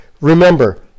remember